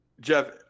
Jeff